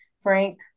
Frank